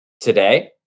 today